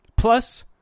Plus